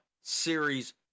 series